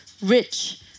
rich